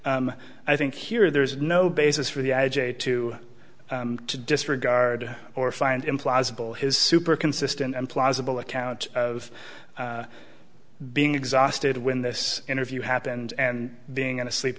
i think here there is no basis for the i j a to to disregard or find implausible his super consistent and plausible account of being exhausted when this interview happened and being in a sleep